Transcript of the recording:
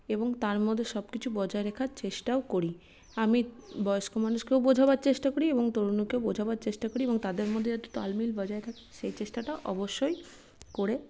এবং তার মধ্যে সবকিছু বজায় রাখার চেষ্টাও করি আমি বয়স্ক মানুষকেও বোঝাবার চেষ্টা করি এবং তরুণীকেও বোঝাবার চেষ্টা করি এবং তাদের মধ্যে যাতে তাল মিল বজায় থাকুক সেই চেষ্টাটাও অবশ্যই করে